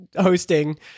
hosting